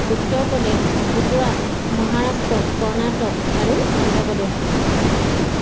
উত্তৰ প্ৰদেশ গুজৰাট মহাৰাষ্ট্ৰ কৰ্ণাটক আৰু অন্ধ্ৰপ্ৰদেশ